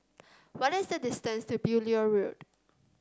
what is the distance to Beaulieu Road